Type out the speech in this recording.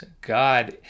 God